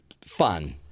fun